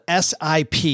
SIP